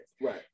right